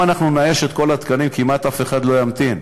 אם נאייש את כל התקנים, כמעט אף אחד לא ימתין,